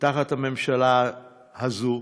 תחת הממשלה הזאת.